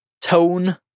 tone